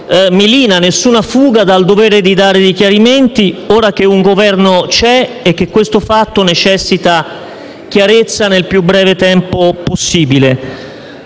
meline e fughe dal dovere di dare chiarimenti ora che un Governo c'è; dunque questo fatto necessita chiarezza nel più breve tempo possibile.